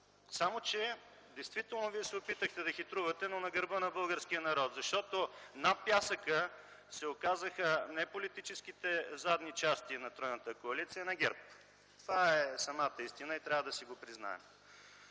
Действително вие се опитахте да хитрувате, но на гърба на българския народ, защото на пясъка се оказаха не политическите задни части на тройната коалиция, а на ГЕРБ. Това е самата истина и трябва да си го признаем.